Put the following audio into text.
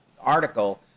article